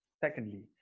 Secondly